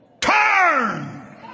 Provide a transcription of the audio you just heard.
Turn